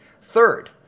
Third